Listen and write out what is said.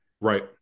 Right